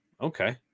Okay